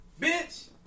Bitch